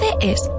es